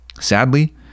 Sadly